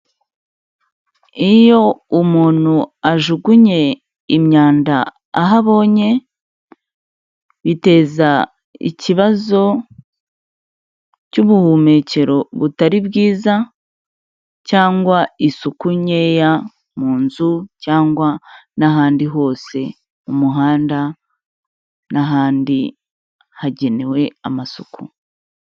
Iyo umuntu ajugunye imyanda aho abonye, biteza ikibazo cy'ubuhumekero butari bwiza cyangwa isuku nkeya mu nzu cyangwa n'ahandi hose mu muhanda n'ahandi hagenewe amasuku.